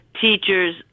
teachers